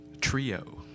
Trio